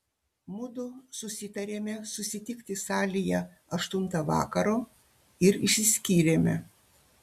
mudu susitarėme susitikti salėje aštuntą vakaro ir išsiskyrėme